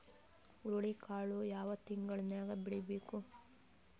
ಹುರುಳಿಕಾಳು ಯಾವ ತಿಂಗಳು ನ್ಯಾಗ್ ಬೆಳಿಬೇಕು?